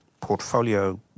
portfolio